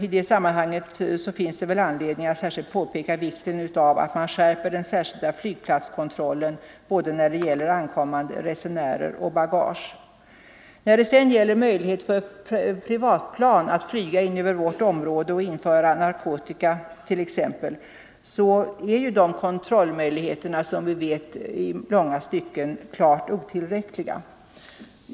I det sammanhanget finns det anledning att peka på vikten av att man skärper den särskilda flygplatskontrollen när det gäller både ankommande resenärer och bagage. Beträffande riskerna för att privatplan flyger in över vårt område och inför narkotika t.ex., så är kontrollmöjligheterna, som vi vet, i långa stycken klart otillräckliga.